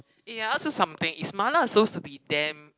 eh I ask you something is mala suppose to be damn